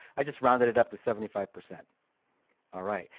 i just rounded it up to seventy five percent all right,